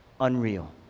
unreal